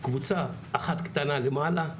קבוצה אחת קטנה למעלה,